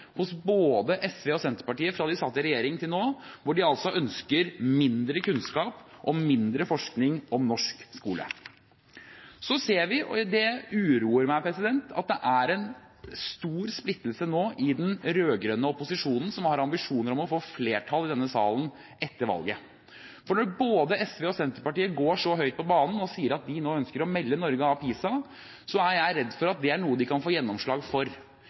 hos både SV og Senterpartiet fra de satt i regjering og til nå, når de altså ønsker mindre kunnskap og mindre forskning om norsk skole. Så ser vi – og det uroer meg – at det nå er stor splittelse i den rød-grønne opposisjonen, som har ambisjoner om å få flertall i denne salen etter valget. Når både SV og Senterpartiet går så høyt på banen og sier at de nå ønsker å melde Norge av PISA, er jeg redd for at det er noe de kan få gjennomslag for.